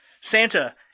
Santa